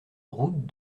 route